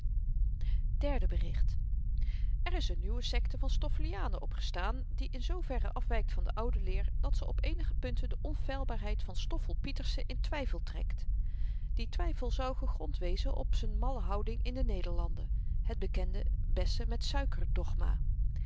derde bericht er is n nieuwe sekte van stoffelianen opgestaan die in zverre afwykt van de oude leer dat ze op eenige punten de onfeilbaarheid van stoffel pieterse in twyfel trekt die twyfel zou gegrond wezen op z'n malle houding in de nederlanden het bekende bessen met suikerdogma de